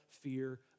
fear